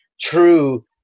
true –